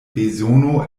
bezono